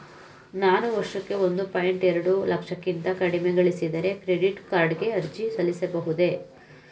ನಾನು ವರ್ಷಕ್ಕೆ ಒಂದು ಪಾಯಿಂಟ್ ಎರಡು ಲಕ್ಷಕ್ಕಿಂತ ಕಡಿಮೆ ಗಳಿಸಿದರೆ ಕ್ರೆಡಿಟ್ ಕಾರ್ಡ್ ಗೆ ಅರ್ಜಿ ಸಲ್ಲಿಸಬಹುದೇ?